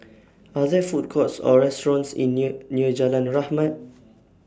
Are There Food Courts Or restaurants in near near Jalan Rahmat